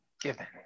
given